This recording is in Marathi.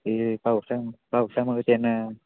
ते पावसा पावसामुळे ते ना